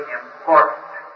important